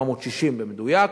1.460 במדויק,